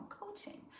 coaching